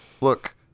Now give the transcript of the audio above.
look